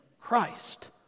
Christ